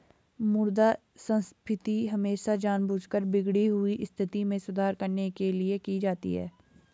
मुद्रा संस्फीति हमेशा जानबूझकर बिगड़ी हुई स्थिति में सुधार करने के लिए की जाती है